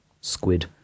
squid